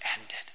ended